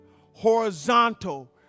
horizontal